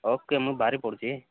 okay ମୁଁ ବାହାରି ପଡ଼ୁଛି